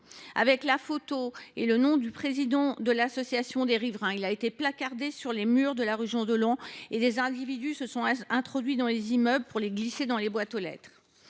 la photo et le nom du président de l’association des riverains. Il a été placardé sur les murs de la rue Jean Dolent, et des individus se sont introduits dans les immeubles pour les glisser dans les boîtes aux lettres.